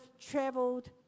traveled